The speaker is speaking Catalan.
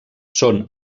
són